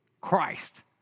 Christ